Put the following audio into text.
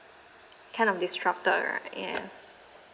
kind of disrupted right yes